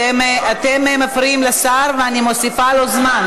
אתם מפריעים לשר ואני מוסיפה לו זמן,